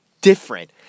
different